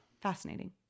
fascinating